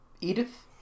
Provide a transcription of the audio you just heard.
Edith